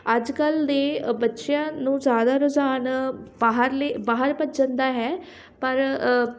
ਅੱਜ ਕੱਲ੍ਹ ਦੇ ਬੱਚਿਆਂ ਨੂੰ ਜ਼ਿਆਦਾ ਰੁਝਾਨ ਬਾਹਰਲੇ ਬਾਹਰ ਭੱਜਣ ਦਾ ਹੈ ਪਰ